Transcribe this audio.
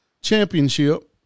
championship